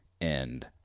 End